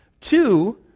Two